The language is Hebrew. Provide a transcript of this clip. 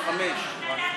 חמישה.